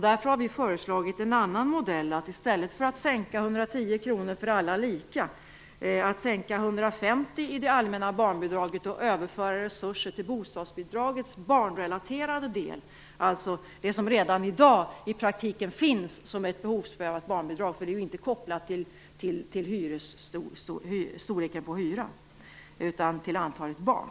Därför har vi föreslagit en annan modell, som innebär en sänkning av det allmänna barnbidraget med 150 kr i stället för en sänkning med 110 kr för alla lika och en överföring av resurser till bostadsbidragets barnrelaterade del, alltså det som i praktiken redan i dag finns som ett behovsprövat barnbidrag. Det är ju inte kopplat till hyresnivån utan till antalet barn.